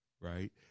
Right